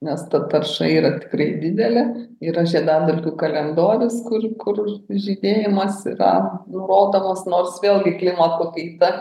nes ta tarša yra tikrai didelė yra žiedadulkių kalendorius kur kur žydėjimas yra nurodomas nors vėlgi klimato kaita